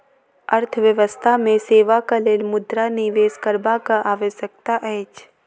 अर्थव्यवस्था मे सेवाक लेल मुद्रा निवेश करबाक आवश्यकता अछि